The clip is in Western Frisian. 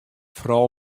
foaral